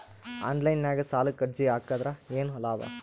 Online ನಾಗ್ ಸಾಲಕ್ ಅರ್ಜಿ ಹಾಕದ್ರ ಏನು ಲಾಭ?